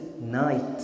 night